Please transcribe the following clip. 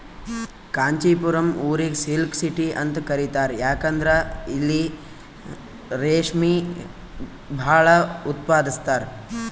ಕಾಂಚಿಪುರಂ ಊರಿಗ್ silk city ಅಂತ್ ಕರಿತಾರ್ ಯಾಕಂದ್ರ್ ಇಲ್ಲಿ ರೇಶ್ಮಿ ಭಾಳ್ ಉತ್ಪಾದಸ್ತರ್